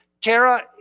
Tara